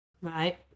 Right